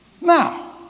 Now